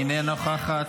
אינה נוכחת,